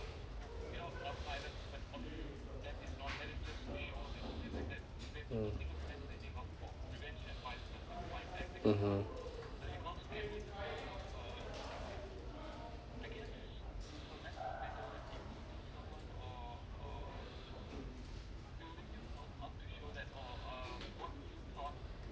mmhmm